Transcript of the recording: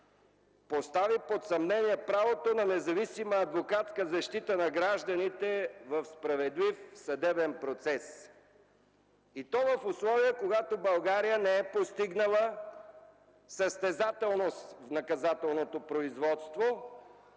постави и под съмнение правото на независима адвокатска защита на гражданите в справедлив съдебен процес, и то в условия, когато България не е постигнала състезателност в наказателното производство,